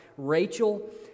Rachel